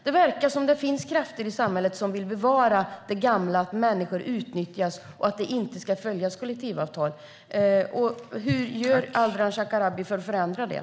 Det verkar finnas krafter i samhället som vill bevara det gamla, som vill att människor ska utnyttjas och som inte vill att man ska följa kollektivavtal. Vad gör Ardalan Shekarabi för att förändra det?